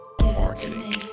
marketing